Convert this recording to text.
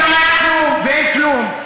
אם לא היה כלום ואין כלום,